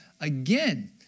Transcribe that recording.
Again